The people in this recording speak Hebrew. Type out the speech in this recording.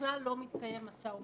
שבכלל לא מתקיים משא ומתן.